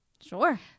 sure